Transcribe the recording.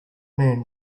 man